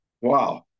wow